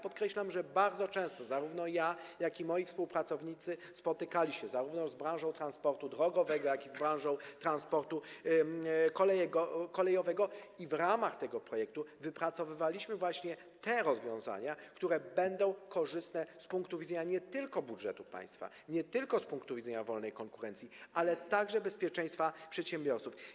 Podkreślam, że bardzo często zarówno ja, jak i moi współpracownicy spotykaliśmy się z przedstawicielami branży transportu drogowego i branży transportu kolejowego i w ramach tego projektu wypracowywaliśmy właśnie te rozwiązania, które będą korzystne z punktu widzenia nie tylko budżetu państwa, nie tylko wolnej konkurencji, ale także bezpieczeństwa przedsiębiorców.